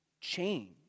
change